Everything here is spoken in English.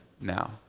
now